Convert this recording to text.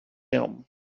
him